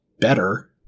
better